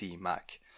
Mac